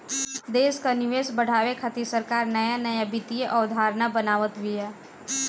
देस कअ निवेश बढ़ावे खातिर सरकार नया नया वित्तीय अवधारणा बनावत बिया